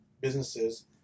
businesses